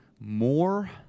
more